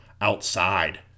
outside